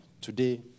Today